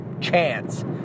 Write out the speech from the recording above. chance